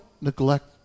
neglect